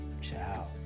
Ciao